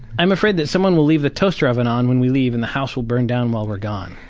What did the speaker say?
i'm afraid that someone will leave the toaster oven on when we leave and the house will burn down while we're gone.